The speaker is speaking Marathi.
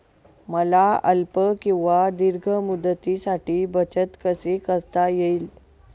मला अल्प किंवा दीर्घ मुदतीसाठी बचत कशी करता येईल?